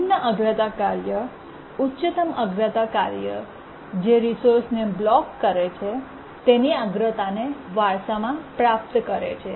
નિમ્ન અગ્રતા કાર્ય ઉચ્ચતમ અગ્રતા કાર્ય જે રિસોર્સ ને બ્લોક કરે છે તેની અગ્રતાને વારસામાં પ્રાપ્ત કરે છે